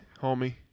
homie